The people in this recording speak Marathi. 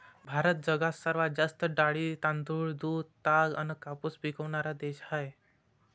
भारत जगात सर्वात जास्त डाळी, तांदूळ, दूध, ताग अन कापूस पिकवनारा देश हाय